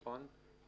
נכון?